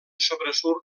sobresurt